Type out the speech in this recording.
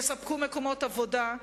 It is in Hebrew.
יספקו מקומות עבודה,